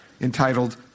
entitled